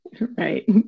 Right